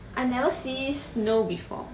I never see snow before